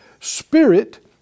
Spirit